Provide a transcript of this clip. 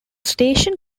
station